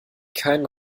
keinen